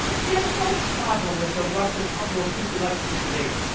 she has no problem with the rough and tumble of intellectual debate.